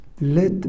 let